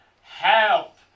help